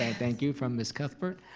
ah thank you from miss cuthbert.